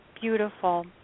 beautiful